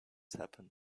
happen